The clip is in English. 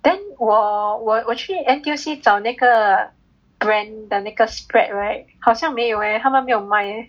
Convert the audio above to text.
then 我我我去 N_T_U_C 找那个 brand 的那个 spread right 好像没有 eh 他们没有 eh